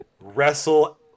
Wrestle